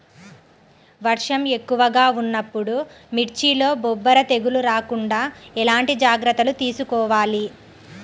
వర్షం ఎక్కువగా ఉన్నప్పుడు మిర్చిలో బొబ్బర తెగులు రాకుండా ఎలాంటి జాగ్రత్తలు తీసుకోవాలి?